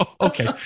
Okay